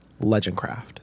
Legendcraft